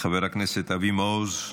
חבר הכנסת אבי מעוז,